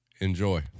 Enjoy